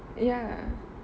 ya